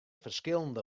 ferskillende